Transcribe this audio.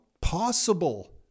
possible